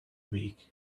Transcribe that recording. week